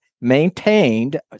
maintained